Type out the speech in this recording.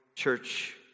church